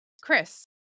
Chris